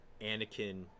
Anakin